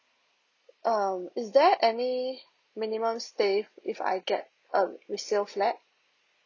um is there any minimum stay if I get um resale flat